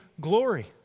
glory